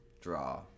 draw